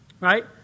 right